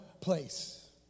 place